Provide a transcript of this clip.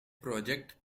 project